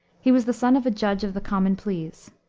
he was the son of a judge of the common pleas.